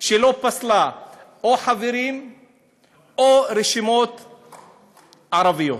שלא פסלה או חברים או רשימות ערביות.